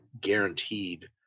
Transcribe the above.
guaranteed